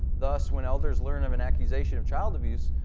thus, when elders learns of an accusation of child abuse,